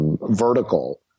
vertical